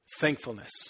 thankfulness